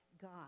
God